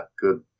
good